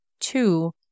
Two